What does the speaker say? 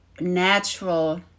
natural